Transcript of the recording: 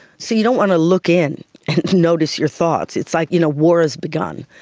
so you don't want to look in and notice your thoughts. it's like you know war has begun.